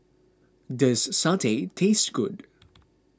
does Satay taste good